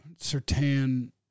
Sertan